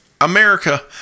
America